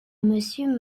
monsieur